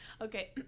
Okay